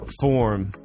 form